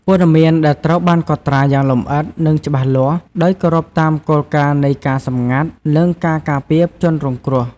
ព័ត៌មានដែលត្រូវបានកត់ត្រាយ៉ាងលម្អិត និងច្បាស់លាស់ ដោយគោរពតាមគោលការណ៍នៃការសម្ងាត់ និងការការពារជនរងគ្រោះ។